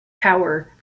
power